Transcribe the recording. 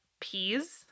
peas